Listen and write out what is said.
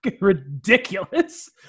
ridiculous